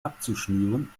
abzuschnüren